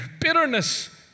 bitterness